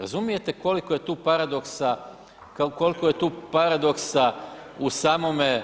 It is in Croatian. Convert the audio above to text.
Razumijete koliko je tu paradoksa, kolko je to paradoksa u samome